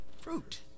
fruit